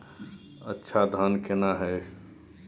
अच्छा धान केना हैय?